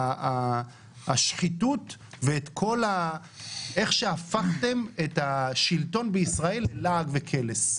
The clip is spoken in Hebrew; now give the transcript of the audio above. השחיתות ואת כל איך שהפכתם את השלטון בישראל לעג וקלס.